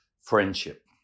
friendship